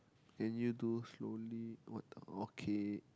can you do slowly what okay